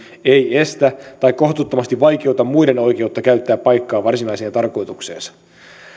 estä tai kohtuuttomasti vaikeuta muiden oikeutta käyttää paikkaa varsinaiseen tarkoitukseensa